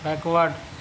backward